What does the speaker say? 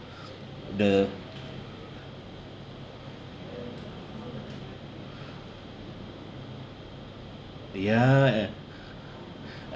the ya eh